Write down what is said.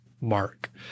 Mark